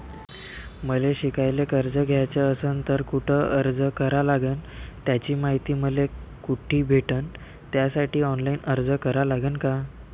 मले शिकायले कर्ज घ्याच असन तर कुठ अर्ज करा लागन त्याची मायती मले कुठी भेटन त्यासाठी ऑनलाईन अर्ज करा लागन का?